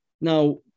Now